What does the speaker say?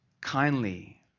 kindly